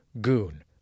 Goon